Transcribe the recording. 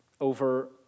over